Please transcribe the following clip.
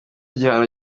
gihano